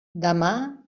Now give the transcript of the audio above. demà